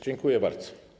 Dziękuję bardzo.